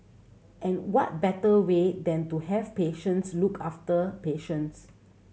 and what better way than to have patients look after patients